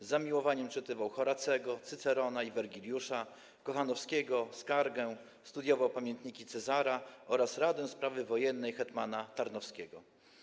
Z zamiłowaniem czytywał Horacego, Cycerona i Wergiliusza, Kochanowskiego, Skargę, studiował pamiętniki Cezara oraz „Radę sprawy wojennej” hetmana Tarnowskiego.